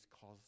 cause